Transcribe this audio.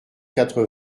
quatre